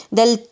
del